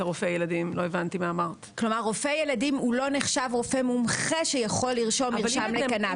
רופא ילדים לא נחשב רופא מומחה שיכול לרשום מרשם לקנביס.